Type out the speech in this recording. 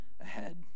ahead